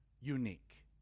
unique